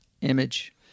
Image